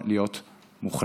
להיות מוחלפת.